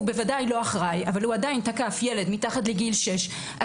בוודאי לא אחראי אבל הוא עדיין תקף ילד מתחת לגיל שש,